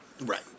Right